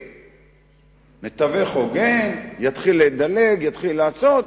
מתווך הוגן, יתחיל לדלג, יתחיל לעשות.